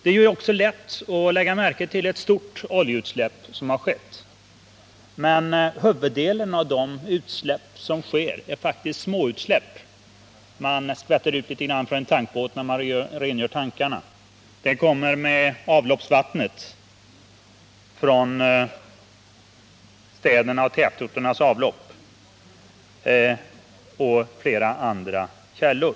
Det är lätt att lägga märke till ett stort oljeutsläpp, men de flesta av de utsläpp som sker är faktiskt små. Man skvätter ut litet olja från en tankbåt när man rengör tankarna, det kommer olja med avloppsvattnet från städerna och tätorterna, det kommer olja från flera andra källor.